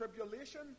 tribulation